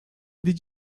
did